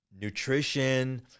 nutrition